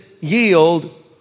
yield